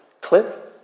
clip